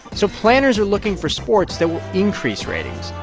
so planners are looking for sports that will increase ratings.